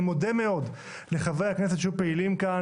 אני מודה מאוד לחברי הכנסת שהיו פעילים כאן,